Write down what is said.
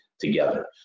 together